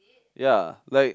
ya like